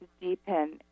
deepen